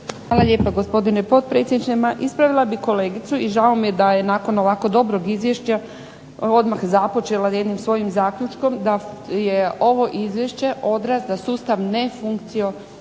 Hvala lijepa gospodine potpredsjedniče. Ma ispravila bih kolegicu i žao mi je da je nakon ovako dobrog izvješća odmah započela jednim svojim zaključkom da je ovo izvješće odraz da sustav ne funkcionira.